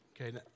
Okay